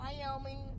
Wyoming